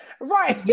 Right